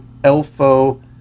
Elfo